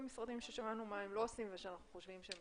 משרדים ששמענו מה הם לא עושים ושאנחנו חושבים שהם